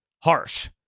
harsh